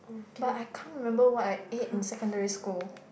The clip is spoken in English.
but I can't remember what I ate in secondary school